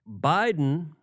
Biden